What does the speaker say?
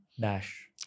Dash